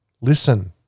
listen